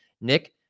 Nick